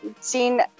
seen